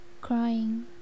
crying